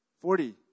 Forty